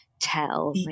tell